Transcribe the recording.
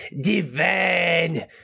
divine